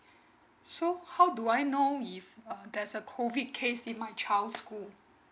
so how do I know if uh there's a COVID case in my child's school